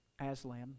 Aslan